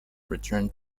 returned